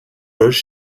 loge